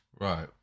Right